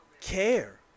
care